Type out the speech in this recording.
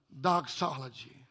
doxology